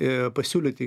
ir pasiūlyti